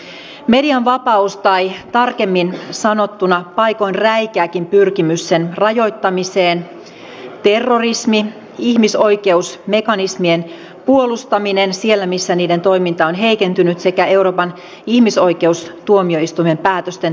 pakolaiskriisi median vapaus tai tarkemmin sanottuna paikoin räikeäkin pyrkimys sen rajoittamiseen terrorismi ihmisoikeusmekanismien puolustaminen siellä missä niiden toiminta on heikentynyt sekä euroopan ihmisoikeustuomioistuimen päätösten täytäntöönpanon haasteet